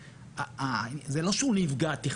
וגם מה שלא היה לפני עשר שנים.